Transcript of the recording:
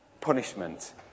punishment